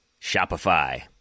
Shopify